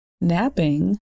napping